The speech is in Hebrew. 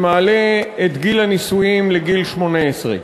שמעלה את גיל הנישואין ל-18.